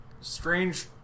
Strange